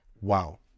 Wow